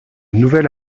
nouvel